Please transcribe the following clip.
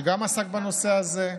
גם הוא עסק בנושא הזה.